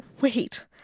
wait